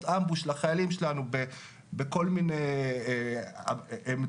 אמבוש לחיילים שלנו בכל מיני עמדות,